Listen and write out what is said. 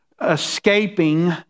escaping